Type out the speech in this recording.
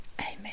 Amen